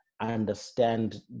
understand